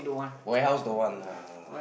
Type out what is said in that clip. warehouse don't want lah